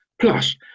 Plus